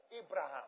Abraham